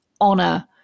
honor